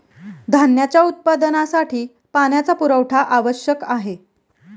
धान्याच्या उत्पादनासाठी पाण्याचा पुरवठा आवश्यक आहे